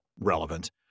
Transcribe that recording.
relevant